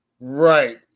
Right